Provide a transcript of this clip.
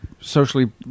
socially